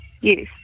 Yes